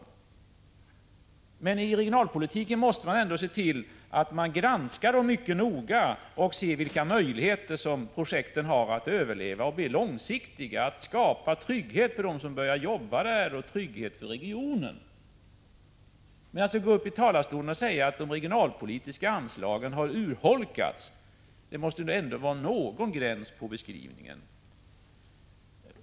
89 I regionalpolitiken måste man se till att man granskar projekten mycket noga och ser vilka möjligheter de har att överleva och bli långsiktiga. Man måste se till att de skapar trygghet för dem som får arbete till följd av projekten och att de skapar trygghet för regionen. Det är därför inte rimligt att gå upp i talarstolen och säga att de regionalpolitiska anslagen har urholkats. Det måste finnas någon gräns för beskrivningen.